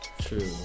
True